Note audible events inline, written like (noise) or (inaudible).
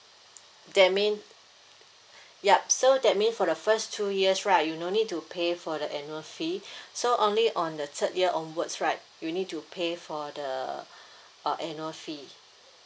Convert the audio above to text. that mean (breath) yup so that mean for the first two years right you no need to pay for the annual fee (breath) so only on the third year onwards right you need to pay for the (breath) uh annual fee